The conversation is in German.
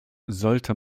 sollte